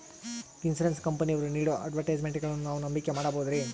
Insurance ಕಂಪನಿಯವರು ನೇಡೋ ಅಡ್ವರ್ಟೈಸ್ಮೆಂಟ್ಗಳನ್ನು ನಾವು ನಂಬಿಕೆ ಮಾಡಬಹುದ್ರಿ?